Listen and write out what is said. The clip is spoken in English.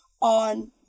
on